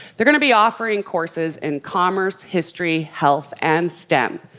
they're gonna be offering courses in commerce, history, health, and stem.